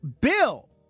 Bill